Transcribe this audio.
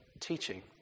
teaching